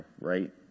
right